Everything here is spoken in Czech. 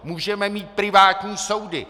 Můžeme mít privátní soudy.